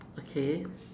okay